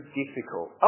difficult